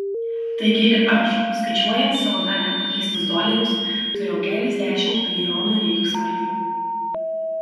taigi ir aš skaičiuojant savo dar nepakeistus dolerius turėjau keliasdešimt milijonų reichsmarkių